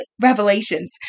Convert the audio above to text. Revelations